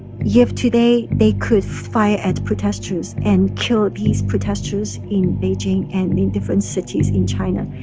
yeah if today they could fire at protesters and kill these protesters in beijing and in different cities in china,